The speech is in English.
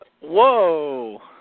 Whoa